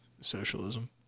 Socialism